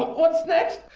what's next.